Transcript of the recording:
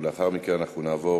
לאחר מכן אנחנו נעבור